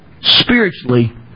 Spiritually